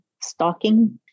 Stalking